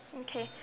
okay